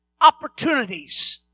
opportunities